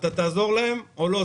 אתה תעזור להם או לא?